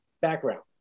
background